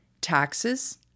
taxes